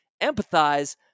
empathize